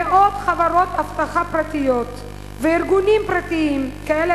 מאות חברות אבטחה פרטיות וארגונים פרטיים כאלה